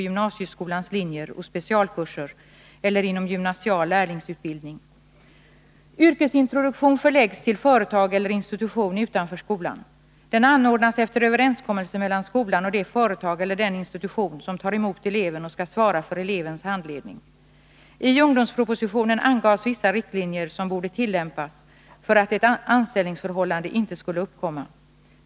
Yrkesintroduktion förläggs till företag eller institution utanför skolan. Den anordnas efter överenskommelse mellan skolan och det företag eller deninstitution som tar emot eleven och skall svara för elevens handledning. I ungdomspropositionen angavs vissa riktlinjer som borde tillämpas för att ett anställningsförhållande inte skulle uppkomma.